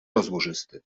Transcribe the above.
rozłożysty